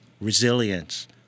resilience